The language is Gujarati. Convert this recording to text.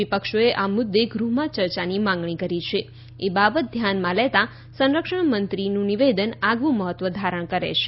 વિપક્ષોએ આ મુદ્દે ગૃહમાં ચર્ચાની માગણી કરી છે એ બાબત ધ્યાનમાં લેતા સંરક્ષણમંત્રીનું નિવેદન આગવું મહત્વ ધારણ કરે છે